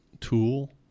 tool